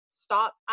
Stop